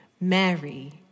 Mary